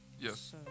Yes